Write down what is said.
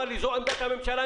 בא ואומר לי: זו עמדת הממשלה,